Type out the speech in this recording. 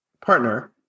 partner